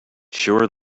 sure